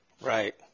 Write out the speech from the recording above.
Right